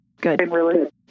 good